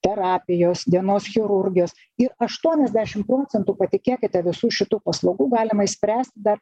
terapijos dienos chirurgijos ir aštuoniasdešim procentų patikėkite visų šitų paslaugų galima išspręsti dar